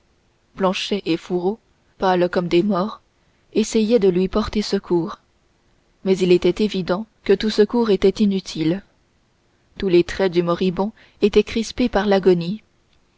planchet et fourreau pâles comme des morts essayaient de lui porter secours mais il était évident que tout secours était inutile tous les traits du moribond étaient crispés par l'agonie